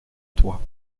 toi